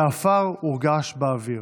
ואפר הורגש באוויר,